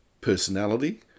personality